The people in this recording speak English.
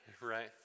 right